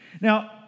Now